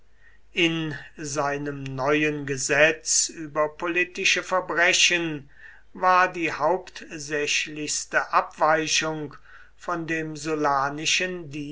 in seinem neuen gesetz über politische verbrechen war die hauptsächlichste abweichung von dem